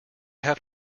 have